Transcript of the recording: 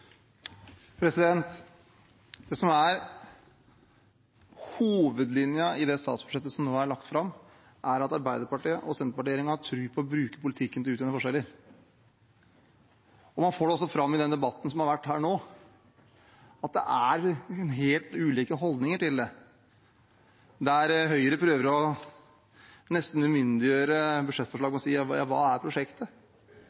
å bruke politikken til å utjevne forskjeller. Man får også fram i den debatten som har vært her nå, at det er helt ulike holdninger til det, der Høyre prøver å nesten umyndiggjøre budsjettforslaget